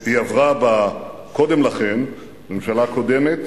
היא עברה קודם לכן בממשלה הקודמת